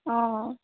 অঁ